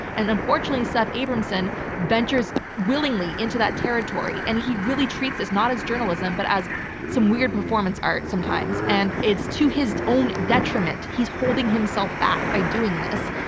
and unfortunately, seth abramson ventures willingly into that territory, and he really treats this not as journalism, but as some weird performance art sometimes, and it's to his own detriment. he's holding himself back by doing this,